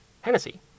Hennessy